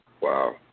Wow